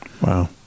Wow